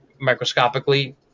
microscopically